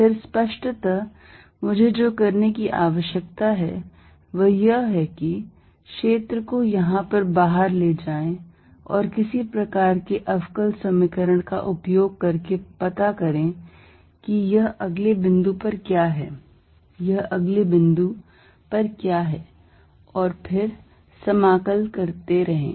फिर स्पष्टतः मुझे जो करने की आवश्यकता है वह यह है कि क्षेत्र को यहां पर बाहर ले जाएं और किसी प्रकार के अवकल समीकरण का उपयोग करके पता करें कि यह अगले बिंदु पर क्या है यह अगले बिंदु पर क्या है और फिर समाकलन करते रहें